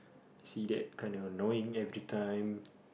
I see that kind of annoying everytime